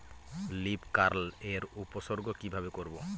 Leaf curl এর উপসর্গ কিভাবে করব?